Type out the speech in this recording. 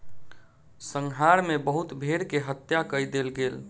संहार मे बहुत भेड़ के हत्या कय देल गेल